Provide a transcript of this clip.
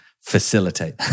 facilitate